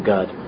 God